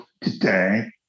today